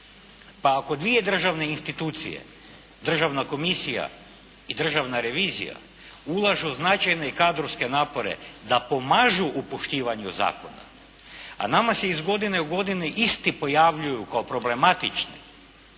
Pa ako dvije državne institucija, državna komisija i Državna revizija ulažu značajne kadrovske napore da pomažu u poštivanju zakona a nama se iz godine u godinu isti pojavljuju kao problematični